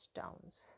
Towns